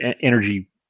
energy